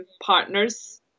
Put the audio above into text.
partners